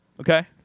Okay